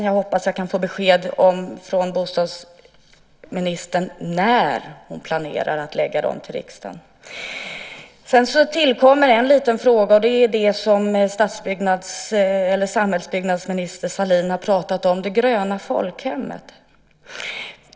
Jag hoppas jag kan få besked av bostadsministern om när hon planerar att lägga fram förslag för riksdagen. En liten fråga som tillkommer handlar om det som samhällsbyggnadsminister Sahlin pratat om - det gröna folkhemmet.